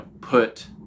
put